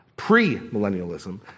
Pre-millennialism